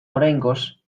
oraingoz